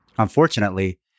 Unfortunately